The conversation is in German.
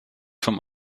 vom